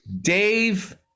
Dave